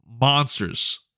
monsters